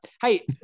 hey